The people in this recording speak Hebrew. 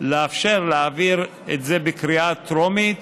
לאפשר להעביר את זה בקריאה טרומית,